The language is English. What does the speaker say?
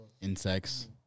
insects